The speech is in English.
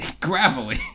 Gravelly